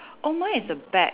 oh mine is a